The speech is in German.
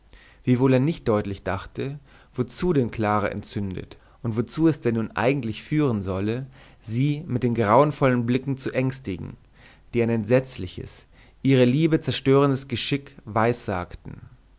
wiewohl er nicht deutlich dachte wozu denn clara entzündet und wozu es denn nun eigentlich führen solle sie mit den grauenvollen bildern zu ängstigen die ein entsetzliches ihre liebe zerstörendes geschick